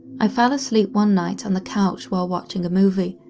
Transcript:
i fell asleep one night on the couch while watching a movie,